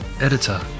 editor